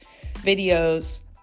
videos